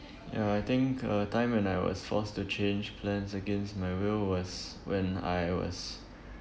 ya I think a time when I was forced to change plans against my will was when I was